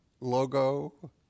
logo